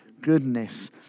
goodness